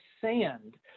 sand